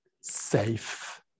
safe